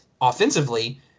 offensively